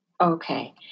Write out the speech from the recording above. Okay